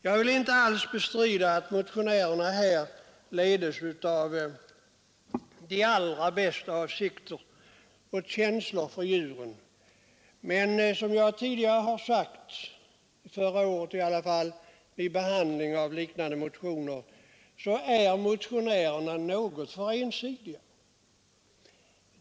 Jag bestrider inte att motionärerna här leds av de allra bästa avsikter och av en stark medkänsla med djuren. Men som jag sade förra året, när vi behandlade liknande motioner, är ni motionärer något för ensidiga.